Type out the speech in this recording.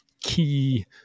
key